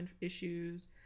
issues